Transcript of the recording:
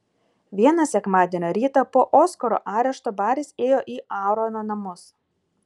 vieną sekmadienio rytą po oskaro arešto baris ėjo į aarono namus